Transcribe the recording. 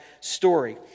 story